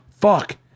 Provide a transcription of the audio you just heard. fuck